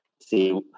See